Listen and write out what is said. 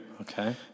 Okay